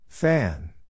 Fan